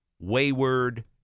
wayward